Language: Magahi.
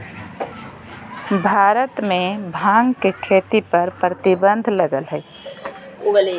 भारत में भांग के खेती पर प्रतिबंध लगल हइ